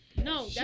no